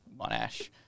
Monash